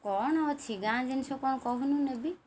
କ'ଣ ଅଛି ଗାଁ ଜିନିଷ କ'ଣ କହୁନୁ ନେବି